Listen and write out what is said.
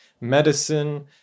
medicine